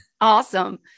Awesome